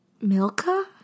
Milka